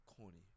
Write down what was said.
corny